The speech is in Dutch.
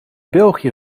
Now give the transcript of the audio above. belgië